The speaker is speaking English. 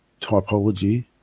typology